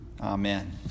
Amen